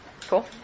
Cool